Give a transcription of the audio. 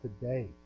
today